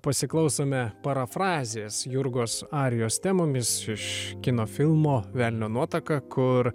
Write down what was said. pasiklausome parafrazės jurgos arijos temomis iš kino filmo velnio nuotaka kur